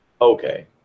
okay